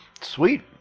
Sweet